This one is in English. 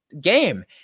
game